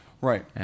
Right